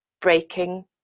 breaking